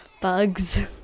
bugs